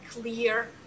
clear